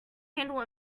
handle